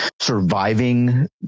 surviving